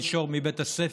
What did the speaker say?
לא לנשור מבית הספר,